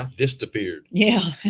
um dissed appeared. yeah.